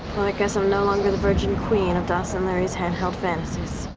guess i'm no longer the virgin queen of dawson leery's hand-held fantasies.